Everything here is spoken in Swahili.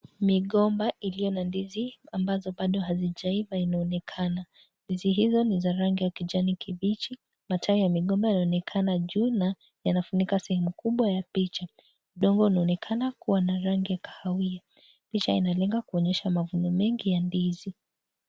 Migomba iliyo na ndizi ambazo bado hazijaiva inaonekana. Ndizi hizo ni za rangi ya kijani kimbichi. Matawi ya migomba yaonekana juu na yanafunika sehemu kubwa ya picha. Udongo unaonekana ukiwa na rangi ya kahawia. Picha inalenga kuonyesha mavuno mengi ya ndizi.